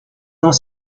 dans